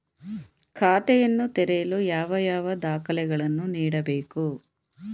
ಖಾತೆಯನ್ನು ತೆರೆಯಲು ಯಾವ ಯಾವ ದಾಖಲೆಗಳನ್ನು ನೀಡಬೇಕು?